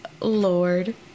Lord